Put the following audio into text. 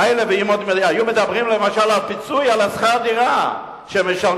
מילא אם היו מדברים למשל על פיצוי על שכר הדירה שמשלמים,